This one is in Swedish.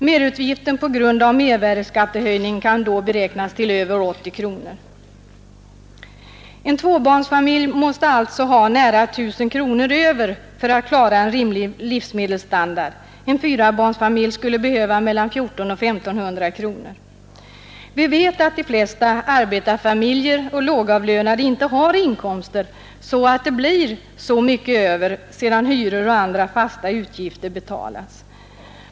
Merutgiften på grund av mervärdeskattehöjningen kan beräknas till över 80 kronor. En tvåbarnsfamilj måste alltså ha nära 1 000 kronor över för att klara en rimlig livsmedelsstandard, och en fyrabarnsfamilj skulle behöva mellan 1400 och 1500 kronor. Vi vet att de flesta arbetarfamiljer och lågavlönade inte har sådana inkomster att det blir så mycket över, sedan hyror och andra fasta utgifter har betalats.